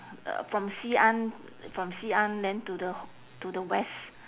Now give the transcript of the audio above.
uh from xi an from xi an then to the to the west